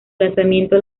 lanzamiento